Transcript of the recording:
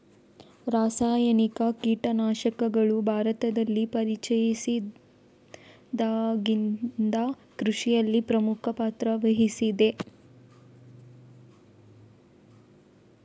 ರಾಸಾಯನಿಕ ಕೀಟನಾಶಕಗಳು ಭಾರತದಲ್ಲಿ ಪರಿಚಯಿಸಿದಾಗಿಂದ ಕೃಷಿಯಲ್ಲಿ ಪ್ರಮುಖ ಪಾತ್ರ ವಹಿಸಿದೆ